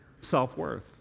self-worth